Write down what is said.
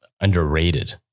underrated